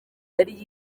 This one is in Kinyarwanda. yari